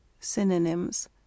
Synonyms